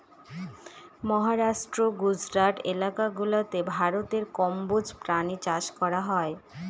মহারাষ্ট্র, গুজরাট এলাকা গুলাতে ভারতে কম্বোজ প্রাণী চাষ করা হয়